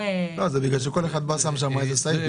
זה בגלל שכל אחד בא ומוסיף שם איזה סעיף,